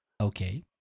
Okay